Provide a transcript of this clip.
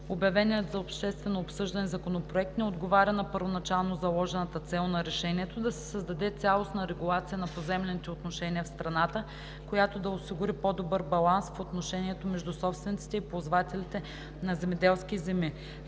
обявеният за обществено обсъждане Законопроект не отговаря на първоначално заложената цел на решението да се създаде цялостна регулация на поземлените отношения в страната, която да осигури по-добър баланс в отношенията между собствениците и ползвателите на земеделски земи.